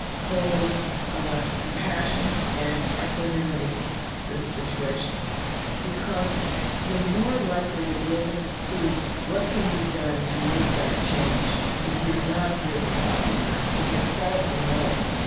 hold compassion and equanimity for the situation because you're more likely to be able to see what can be done to make that change if you're not driven by anger, because it clouds the mind.